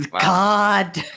god